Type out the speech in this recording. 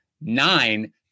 nine